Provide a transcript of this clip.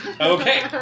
Okay